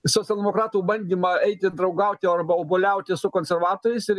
socialdemokratų bandymą eiti draugauti arba obuoliauti su konservatoriais ir